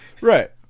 right